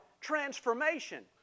transformation